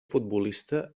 futbolista